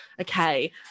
okay